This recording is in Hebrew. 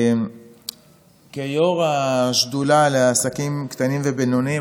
כיו"ר השדולה לעסקים קטנים ובינוניים,